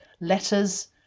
letters